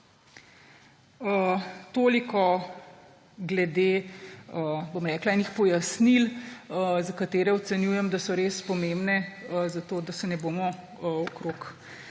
Toliko glede enih pojasnil, za katere ocenjujem, da so res pomembne zato, da se ne bomo okrog